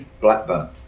Blackburn